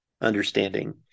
understanding